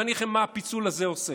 ואני אגיד לכם מה הפיצול הזה עושה.